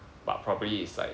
but probably is like